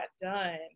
done